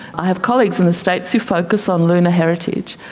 i have colleagues in the states who focus on lunar heritage,